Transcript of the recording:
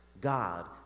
God